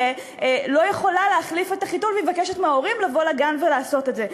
לא יכולה להחליף את החיתול והיא מבקשת מההורים לבוא לגן ולעשות את זה.